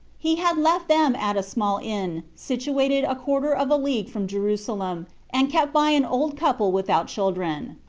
he had left them at a small inn, situated a quarter of a league from jerusalem and kept by an old couple without children.